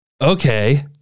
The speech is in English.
okay